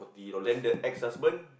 then the ex husband